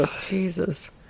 Jesus